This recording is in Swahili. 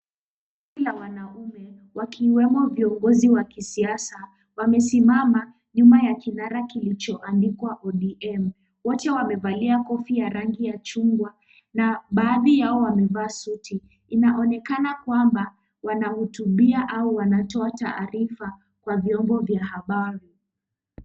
Kundi la wanaume wakiwemo viongozi wa kisiasa, wamesimama nyuma ya kinara kilichoandikwa ODM, wote wamevalia kofia ya rangi ya chungwa ,na baadhi yao wamevaa suti ,inaonekana kwamba wanahutubia au wanatoa taarifa kwa vyombo vya habari.